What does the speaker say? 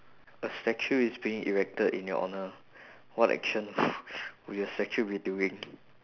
a statue is being erected in your honour what action will your statue be doing